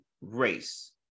race